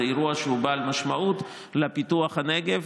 זה אירוע שהוא בעל משמעות לפיתוח הנגב,